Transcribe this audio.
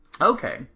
Okay